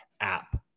app